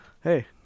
hey